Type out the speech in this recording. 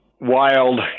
wild